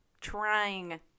trying